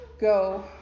Go